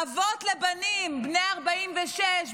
אבות לבנים בני 46,